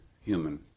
human